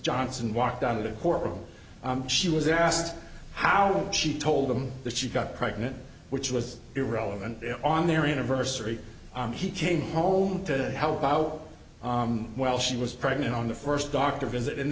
johnson walked out of the courtroom she was asked how she told them that she got pregnant which was irrelevant on their anniversary he came home to help out while she was pregnant on the first doctor visit and